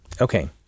Okay